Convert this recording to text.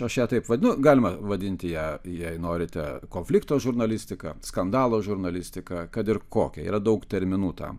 aš ją taip vadinu galima vadinti ją jei norite konflikto žurnalistika skandalo žurnalistika kad ir kokia yra daug terminų tam